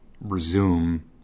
resume